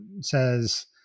says